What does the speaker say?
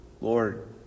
Lord